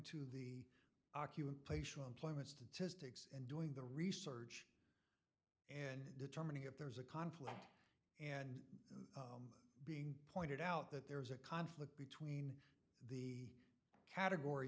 to the occupational employment statistics and doing the research and determining if there's a conflict and being pointed out that there's a conflict between category